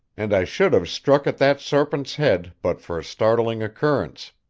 and i should have struck at that serpent's head but for a startling occurrence.